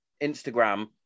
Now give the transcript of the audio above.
Instagram